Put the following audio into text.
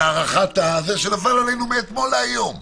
על ההארכה, שנפל עלינו מאתמול להיום,